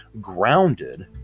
grounded